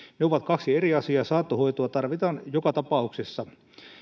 ovat kaksi eri asiaa saattohoitoa tarvitaan joka tapauksessa